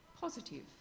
positive